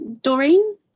Doreen